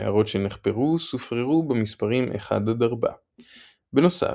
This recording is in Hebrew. המערות שנחפרו סופררו במספרים 1–4. בנוסף,